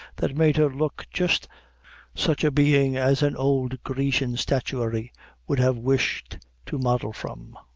that made her look just such a being as an old grecian statuary would have wished to model from.